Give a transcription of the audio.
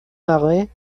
marais